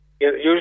usually